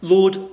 Lord